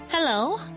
Hello